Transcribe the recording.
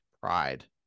pride